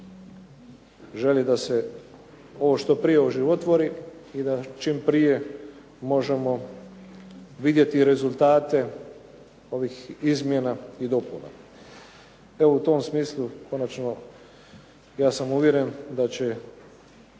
želi da se ovo što prije oživotvori i da čim prije možemo vidjeti rezultate ovih izmjena i dopuna. Evo u tom smislu konačno ja sam uvjeren da će